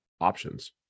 options